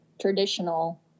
traditional